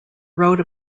wrote